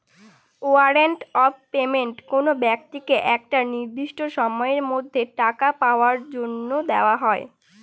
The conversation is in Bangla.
ওয়ারেন্ট অফ পেমেন্ট কোনো ব্যক্তিকে একটা নির্দিষ্ট সময়ের মধ্যে টাকা পাওয়ার জন্য দেওয়া হয়